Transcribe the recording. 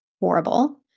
horrible